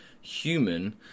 human